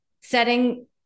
setting